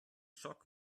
schock